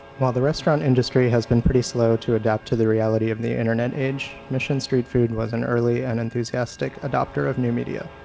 while the restaurant industry has been pretty slow to adapt to the reality of the internet age, mission street food was an early and enthusiastic adopter of new media.